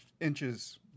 inches